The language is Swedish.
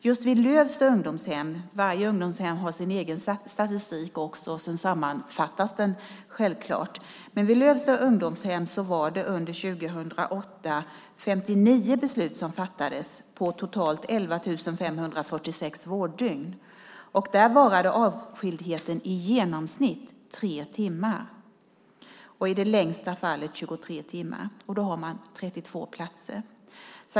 Just vid Lövsta ungdomshem - varje ungdomshem har sin egen statistik, och sedan görs det en sammanfattning - fattades det 59 beslut under 2008 på totalt 11 546 vårddygn. Där varade avskildheten i genomsnitt 3 timmar och i det längsta fallet 23 timmar. Man har 32 platser.